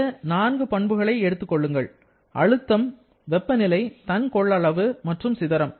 இந்த நான்கு பண்புகளை எடுத்துக் கொள்ளுங்கள் அழுத்தம் வெப்பநிலை தன் கொள்ளளவு மற்றும் சிதறம்